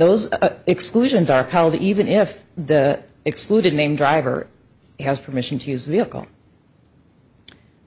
those exclusions are called even if the excluded name driver has permission to use the vehicle